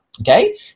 okay